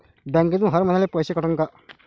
बँकेतून हर महिन्याले पैसा कटन का?